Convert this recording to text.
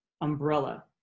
umbrella